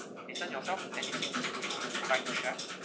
eason yourself anything you would like to share